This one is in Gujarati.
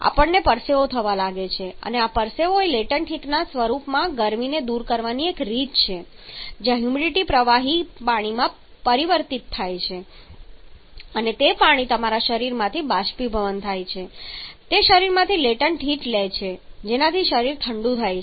આપણને પરસેવો થવા લાગે છે અને આ પરસેવો એ લેટન્ટ હીટના સ્વરૂપમાં ગરમીને દૂર કરવાની એક રીત છે જ્યાં હ્યુમિડિટી પ્રવાહી પાણીમાં પરિવર્તિત થાય છે અને તે પાણી તમારા શરીરમાંથી બાષ્પીભવન થાય છે તે શરીરમાંથી લેટન્ટ હીટ લે છે જેનાથી શરીર ઠંડુ થાય છે